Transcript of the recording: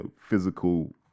physical